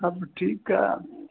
हा त ठीकु आहे